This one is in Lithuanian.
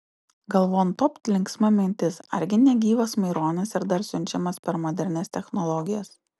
galvon topt linksma mintis argi ne gyvas maironis ir dar siunčiamas per modernias technologijas